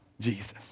Jesus